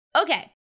Okay